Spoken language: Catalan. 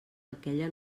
aquella